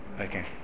Okay